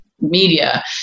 media